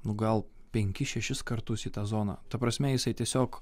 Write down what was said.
gal penkis šešis kartus į tą zoną ta prasme jisai tiesiog